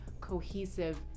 cohesive